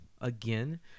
again